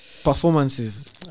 Performances